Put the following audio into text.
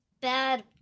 bad